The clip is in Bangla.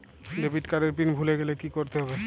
ডেবিট কার্ড এর পিন ভুলে গেলে কি করতে হবে?